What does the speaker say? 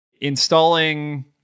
installing